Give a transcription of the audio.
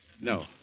No